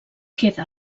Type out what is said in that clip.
queda